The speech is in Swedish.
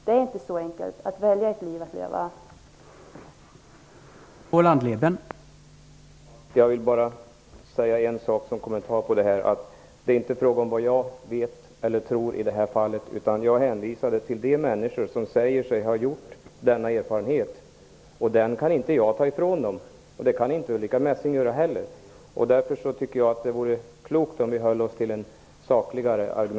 Det är inte så enkelt att välja hur man skall leva sitt liv.